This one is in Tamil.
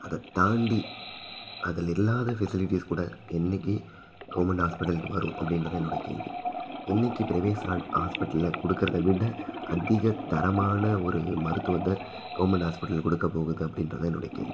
அதைத்தாண்டி அதில் இல்லாத ஃபெசிலிட்டீஸ் கூட என்னைக்கு கவர்மெண்ட் ஹாஸ்ப்பிட்டலுக்கு வரும் அப்படின்றது என்னோட கேள்வி என்னைக்கு ப்ரைவேஸ் ஹாட் ஹாஸ்ப்பிட்டலில் கொடுக்குறத விட அதிக தரமான ஒரு மருத்துவத்தை கவர்மெண்ட் ஹாஸ்பிட்டல் கொடுக்கப் போகுது அப்படின்றது தான் என்னோட கேள்வி